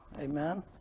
Amen